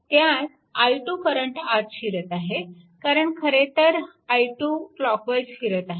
त्यात i2 current आत शिरत आहे कारण खरेतर हा i2 क्लॉकवाईज फिरत आहे